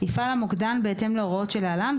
יפעל המוקדן בהתאם למפורט להלן,